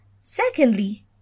Secondly